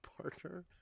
partner